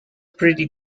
pretty